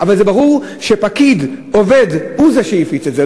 אבל זה ברור שפקיד עובד הוא שהפיץ את זה,